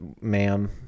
ma'am